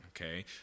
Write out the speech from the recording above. okay